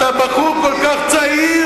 אתה בחור כל כך צעיר.